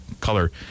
color